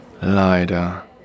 Leider